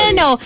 no